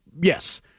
yes